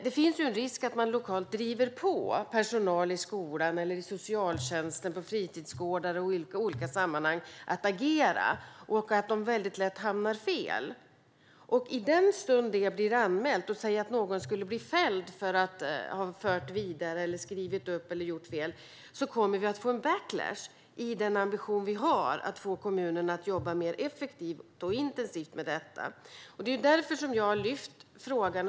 Det finns en risk att man lokalt driver på personal i skolan, i socialtjänsten, på fritidsgårdar och i olika sammanhang att agera så att de lätt hamnar fel. Låt oss säga att det blir anmält och att någon skulle bli fälld för att ha fört vidare eller skrivit upp uppgifter eller gjort fel på annat sätt. Då kommer vi att få en backlash i den ambition vi har att få kommunerna att jobba mer effektivt och intensivt med detta. Det är därför som jag har lyft frågan.